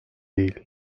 değil